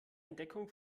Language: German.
entdeckung